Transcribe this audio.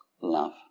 love